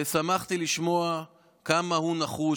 ושמחתי לשמוע כמה הוא נחוש,